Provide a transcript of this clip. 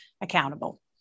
accountable